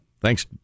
thanks